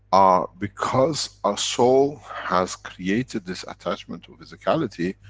our. because our soul has created this attachment to physicality,